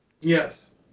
Yes